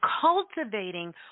cultivating